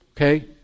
Okay